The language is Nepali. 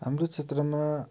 हाम्रो क्षेत्रमा